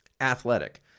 Athletic